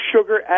sugar